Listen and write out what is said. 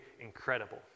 incredible